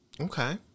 Okay